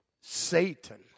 Satan